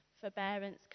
forbearance